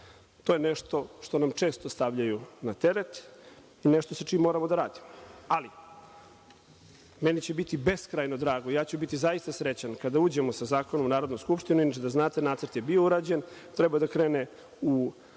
To je nešto što nam često stavljaju na teret i nešto sa čim moramo da radimo. Meni će biti beskrajno drago. Ja ću biti zaista srećan kada uđemo sa zakonom u Narodnu skupštinu. Inače, da znate, nacrt je bio urađen, trebao je da krene u